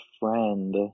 friend